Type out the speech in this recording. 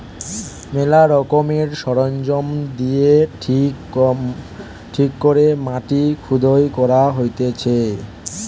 ম্যালা রকমের সরঞ্জাম দিয়ে ঠিক করে মাটি খুদাই করা হতিছে